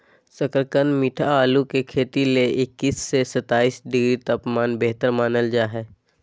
शकरकंद मीठा आलू के खेती ले इक्कीस से सत्ताईस डिग्री तापमान बेहतर मानल जा हय